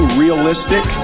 realistic